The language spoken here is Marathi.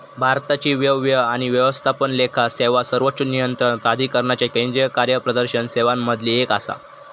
भारताची व्यय आणि व्यवस्थापन लेखा सेवा सर्वोच्च नियंत्रण प्राधिकरणाच्या केंद्रीय कार्यप्रदर्शन सेवांमधली एक आसा